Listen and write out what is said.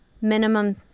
minimum